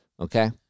Okay